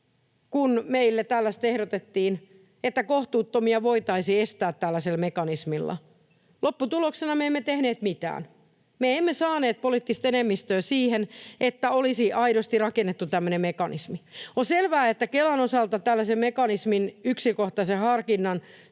kun meille tällaista ehdotettiin, että kohtuuttomia voitaisiin estää tällaisella mekanismilla? Lopputuloksena me emme tehneet mitään. Me emme saaneet poliittista enemmistöä siihen, että olisi aidosti rakennettu tämmöinen mekanismi. On selvää, että Kelan osalta tällaisen mekanismin, yksilökohtaisen harkinnan